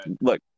look